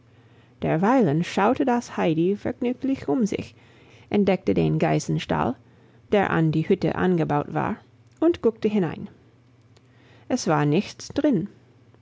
derweilen schaute das heidi vergnüglich um sich entdeckte den geißenstall der an die hütte angebaut war und guckte hinein es war nichts drin